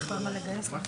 ננעלה בשעה